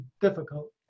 difficult